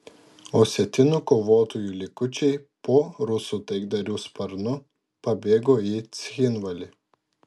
osetinų kovotojų likučiai po rusų taikdarių sparnu pabėgo į cchinvalį